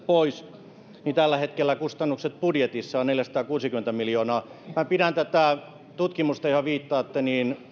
pois niin tällä hetkellä kustannukset budjetissa ovat neljäsataakuusikymmentä miljoonaa minä pidän tätä tutkimusta johon viittaatte